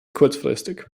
kurzfristig